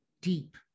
deep